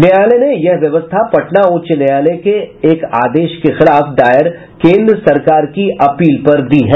न्यायालय ने यह व्यवस्था पटना उच्च न्यायालय के एक आदेश के खिलाफ दायर केन्द्र सरकार की अपील पर दी है